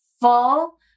full-